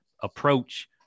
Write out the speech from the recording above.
approach